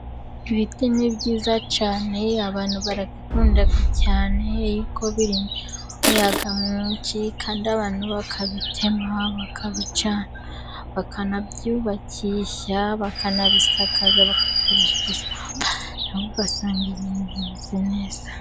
Ibiti ni byiza cyane, abantu barabikunda cyane kuko birinda umuyaga mwinshi, kandi abantu bakabitema, bakabicana, bakanabyubakisha, bakanabisakaza, bakabigurisha ugasanga ibintu bimeze neza.